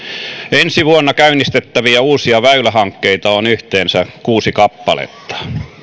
ensi vuonna käynnistettäviä uusia väylähankkeita on yhteensä kuusi kappaletta